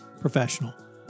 professional